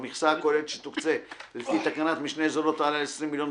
המכסה הכוללת שתוקצה לפי תקנת משנה זו לא תעלה על 20 מיליון ביצים,